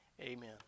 Amen